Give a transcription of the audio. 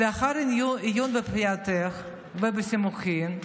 "ולאחר עיון בפנייתך ובסימוכין,